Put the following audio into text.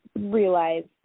realized